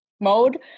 mode